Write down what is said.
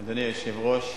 אדוני היושב-ראש,